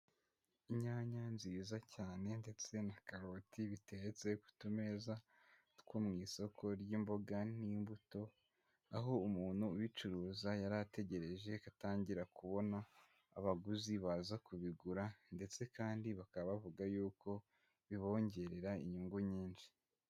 Inyanya nziza cyane ndetse na karoti biteretse ku tumeza two mu isoko ry'imboga n'imbuto, aho umuntu ubicuruza yari ategereje ko atangira kubona abaguzi baza kubigura ndetse kandi bakaba bavuga yuko bibongerera inyungu nyinshi.